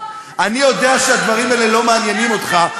אני יודע שהדברים האלה לא מעניינים אותך,